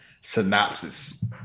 synopsis